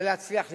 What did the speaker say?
בלהצליח להתקיים?